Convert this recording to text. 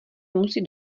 musí